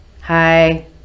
hi